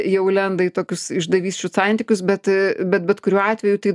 jau lenda į tokius išdavysčių santykius bet bet bet kuriuo atveju tai